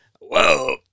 Whoa